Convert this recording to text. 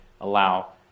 allow